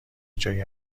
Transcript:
جایی